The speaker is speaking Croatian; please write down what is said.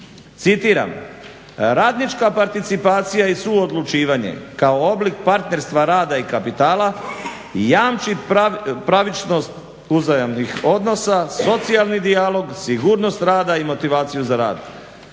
citiram: "Radnička participacija i suodlučivanje kao oblik partnerstva, rada i kapitala jamči pravičnost uzajamnih odnosa, socijalni dijalog, sigurnost rada i motivaciju za